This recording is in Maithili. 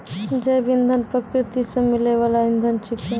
जैव इंधन प्रकृति सॅ मिलै वाल इंधन छेकै